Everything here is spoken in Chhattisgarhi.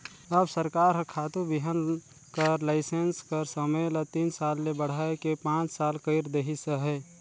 अब सरकार हर खातू बीहन कर लाइसेंस कर समे ल तीन साल ले बढ़ाए के पाँच साल कइर देहिस अहे